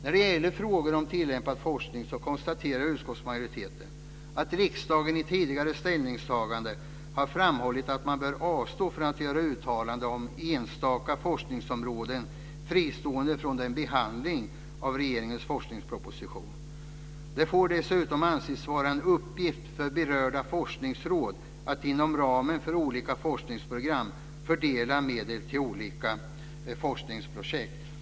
När det gäller frågor om tillämpad forskning konstaterar utskottsmajoriteten att riksdagen i tidigare ställningstaganden har framhållit att man bör avstå från att göra uttalanden om enstaka forskningsområden fristående från behandlingen av regeringens forskningsproposition. Det får dessutom anses vara en uppgift för berörda forskningsråd att inom ramen för olika forskningsprogram fördela medel till olika forskningsprojekt.